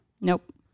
Nope